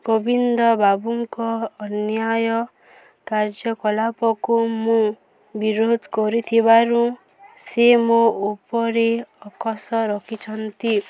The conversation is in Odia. କୋବିନ୍ଦବାବୁଙ୍କ ଅନ୍ୟାୟ କାର୍ଯ୍ୟକଳାପକୁ ମୁଁ ବିରୋଧ କରିଥିବାରୁ ସେ ମୋ ଉପରେ ଅକଶ ରଖିଛନ୍ତି